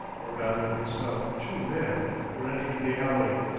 or, rather, some two men were entering the alley.